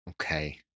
Okay